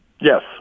Yes